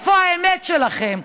איפה האמת שלכם?